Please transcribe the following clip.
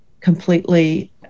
completely